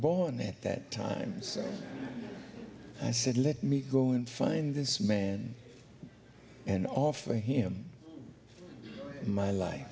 born at that time so i said let me go and find this man and offer him my life